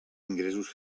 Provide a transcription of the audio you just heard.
ingressos